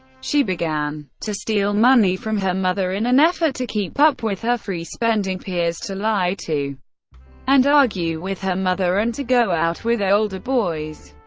she began to steal money from her mother in an effort to keep up with her free-spending peers, to lie to and argue with her mother, and to go out with older boys.